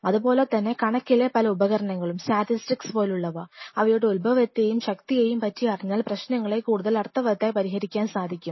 അതുപോലെതന്നെ കണക്കിലെ പല ഉപകരണങ്ങളും സ്റ്റാറ്റിസ്റ്റിക്സ് പോലുള്ളവ അവയുടെ ഉത്ഭവത്തെയും ശക്തിയേയും പറ്റി അറിഞ്ഞാൽ പ്രശ്നങ്ങളെ കൂടുതൽ അർത്ഥവത്തായി പരിഹരിക്കാൻ സാധിക്കും